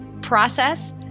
process